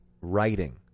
writing